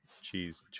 cheese